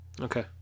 Okay